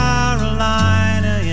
Carolina